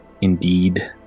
indeed